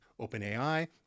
OpenAI